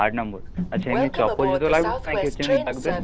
আট নম্বর আচ্ছা এমনি চপ্পল জুতো লাগবে লাগবে